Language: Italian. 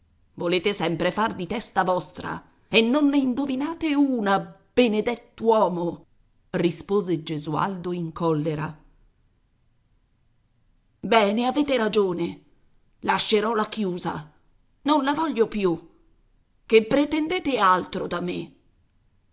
volete sempre fare di testa vostra e non ne indovinate una benedett'uomo rispose gesualdo in collera bene avete ragione lascerò la chiusa non la voglio più che pretendete altro da me